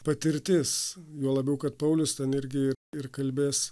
patirtis juo labiau kad paulius ten irgi ir kalbės